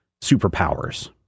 superpowers